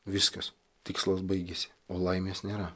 viskas tikslas baigėsi o laimės nėra